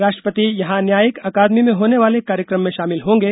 राष्ट्रपति यहां न्यायिक अकादमी में होने वाले कार्यक्रम में शामिल होंगे